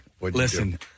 Listen